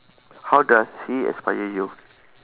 how does he aspire you